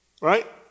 right